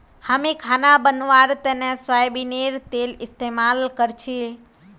हामी खाना बनव्वार तने सोयाबीनेर तेल इस्तेमाल करछी